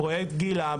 פרויקט גילה,